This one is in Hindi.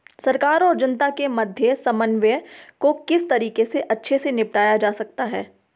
सरकार और जनता के मध्य समन्वय को किस तरीके से अच्छे से निपटाया जा सकता है?